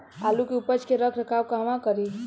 आलू के उपज के रख रखाव कहवा करी?